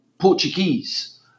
Portuguese